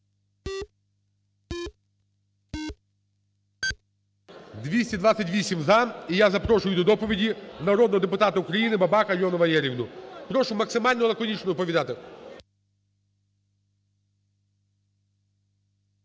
За-228 І я запрошую до доповіді народного депутата України БабакАльону Валеріївну. Прошу максимально лаконічно доповідати.